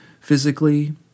physically